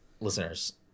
listeners